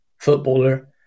footballer